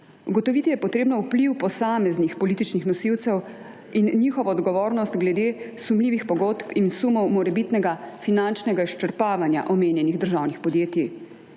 Ugotoviti je potrebno vpliv posameznih političnih nosilcev in njihovo odgovornost glede sumljivih pogodb in sumov morebitnega finančnega izčrpavanja omenjenih državnih podjetij.